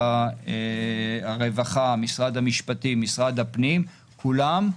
משרד הרווחה, משרד המשפטים, משרד הפנים, כולם,